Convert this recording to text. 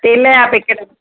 तेल जा पैकेट